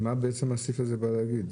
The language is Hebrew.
אז מה בעצם הסעיף הזה בא להגיד?